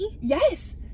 Yes